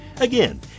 Again